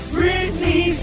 Britney